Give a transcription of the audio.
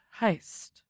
heist